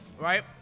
Right